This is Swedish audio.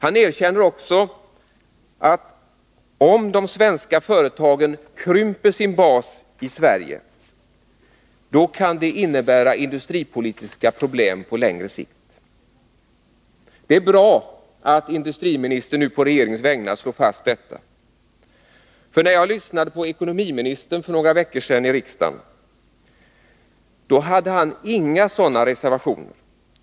Han erkänner också att det kan innebära industripolitiska problem på längre sikt om de svenska företagen krymper sin bas i Sverige. Det är bra att industriministern nu på regeringens vägnar slår fast detta. När jag lyssnade på ekonomiministern här i riksdagen för några veckor sedan fann jag att han inte gjorde några sådana reservationer.